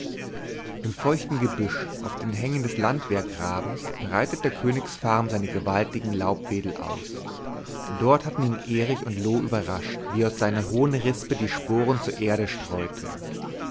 im feuchten gebüsch auf den hängen des landwehrgrabens breitet der königsfarn seine gewaltigen laubwedel aus dort hatten ihn erich und loo überrascht wie er aus seiner hohen rispe die sporen zur erde streute